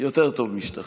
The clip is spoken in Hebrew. יותר טוב משטחים.